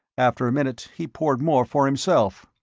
after a minute he poured more for himself.